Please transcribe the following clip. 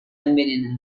envenenado